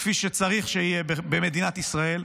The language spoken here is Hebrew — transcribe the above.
כפי שצריך שיהיה במדינת ישראל,